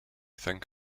think